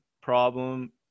problem